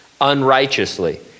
unrighteously